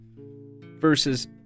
versus